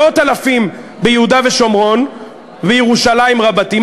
מאות אלפים ביהודה ושומרון וירושלים רבתי,